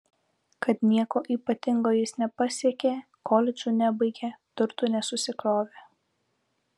kad nieko ypatingo jis nepasiekė koledžų nebaigė turtų nesusikrovė